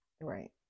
Right